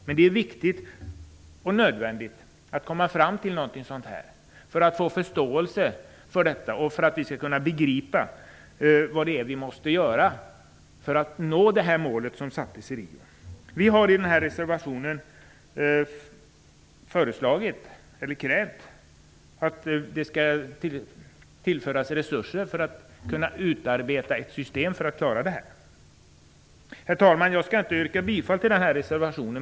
Det är viktigt och nödvändigt att komma fram till något sådant för att få förståelse för detta och för att vi skall begripa vad vi måste göra för att kunna nå det mål som sattes i Rio. I nämnda reservation kräver vi att resurser tillförs så att ett system kan utarbetas som klarar det här. Herr talman! Jag yrkar inte bifall till denna reservation.